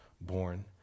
born